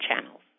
channels